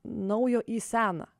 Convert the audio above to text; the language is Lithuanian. naujo į seną